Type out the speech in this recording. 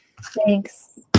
Thanks